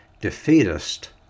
defeatist